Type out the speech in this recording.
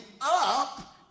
up